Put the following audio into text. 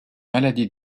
maladie